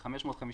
ה-550,